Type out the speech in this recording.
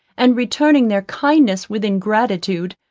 and returning their kindness with ingratitude,